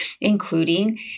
including